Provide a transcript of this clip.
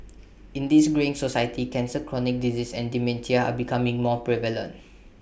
in this greying society cancer chronic disease and dementia are becoming more prevalent